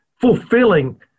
fulfilling